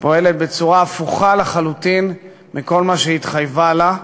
פועלת בצורה הפוכה לחלוטין מכל מה שהיא התחייבה לו,